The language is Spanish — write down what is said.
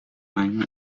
año